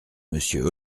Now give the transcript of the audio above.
monsieur